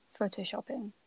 photoshopping